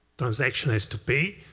transaction as to pay,